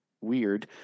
weird